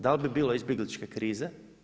Da li bi bilo izbjegličke krize?